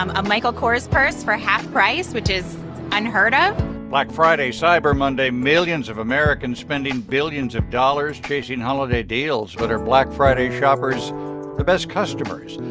um a michael kors purse for half price, which is unheard ah of black friday, cyber monday, millions of americans spending billions of dollars chasing holiday deals. but are black friday shoppers the best customers?